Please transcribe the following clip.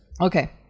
Okay